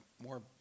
more